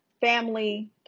family